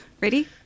ready